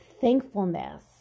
thankfulness